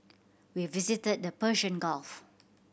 we visited the Persian Gulf